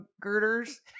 girders